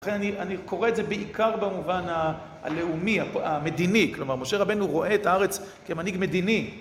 אני קורא את זה בעיקר במובן הלאומי, המדיני. כלומר, משה רבנו רואה את הארץ כמנהיג מדיני.